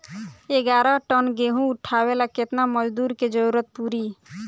ग्यारह टन गेहूं उठावेला केतना मजदूर के जरुरत पूरी?